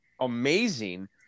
amazing